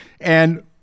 And-